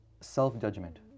self-judgment